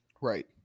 Right